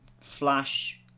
Flash